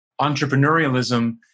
entrepreneurialism